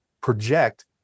project